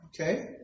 Okay